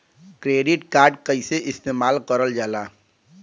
Credit card कईसे इस्तेमाल करल जाला?